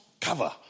cover